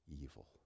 evil